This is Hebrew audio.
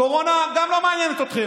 הקורונה גם לא מעניינת אתכם,